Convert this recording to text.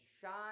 shine